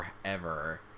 forever